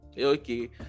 okay